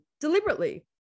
deliberately